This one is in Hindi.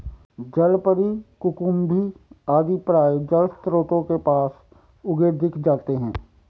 जलपरी, कुकुम्भी आदि प्रायः जलस्रोतों के पास उगे दिख जाते हैं